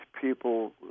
people